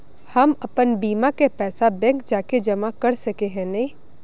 हम अपन बीमा के पैसा बैंक जाके जमा कर सके है नय?